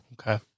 okay